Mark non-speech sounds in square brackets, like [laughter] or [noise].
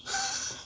[noise]